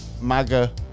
Maga